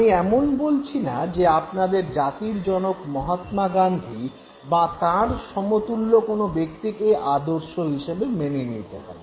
আমি এমন বলছি না যে আপনাদের জাতির জনক মহাত্মা গান্ধী বা তাঁর সমতুল্য কোনো ব্যক্তিকেই আদর্শ হিসেবে মেনে নিতে হবে